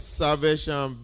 salvation